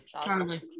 Charlie